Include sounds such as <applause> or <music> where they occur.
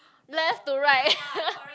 left to right <laughs>